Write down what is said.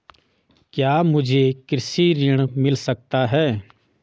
क्या मुझे कृषि ऋण मिल सकता है?